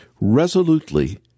resolutely